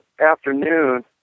afternoon